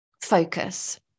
focus